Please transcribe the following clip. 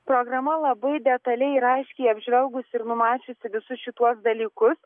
programa labai detaliai ir aiškiai apžvelgus ir numačiusi visus šituos dalykus